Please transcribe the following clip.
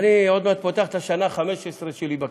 עוד מעט אני פותח את השנה ה-15 שלי בכנסת,